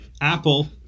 Apple